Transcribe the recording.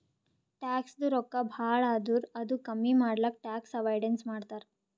ಟ್ಯಾಕ್ಸದು ರೊಕ್ಕಾ ಭಾಳ ಆದುರ್ ಅದು ಕಮ್ಮಿ ಮಾಡ್ಲಕ್ ಟ್ಯಾಕ್ಸ್ ಅವೈಡನ್ಸ್ ಮಾಡ್ತಾರ್